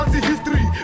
History